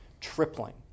tripling